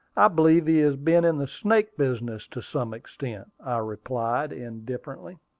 i believe he has been in the snake business to some extent, i replied, indifferently.